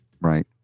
Right